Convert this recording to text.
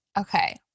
Okay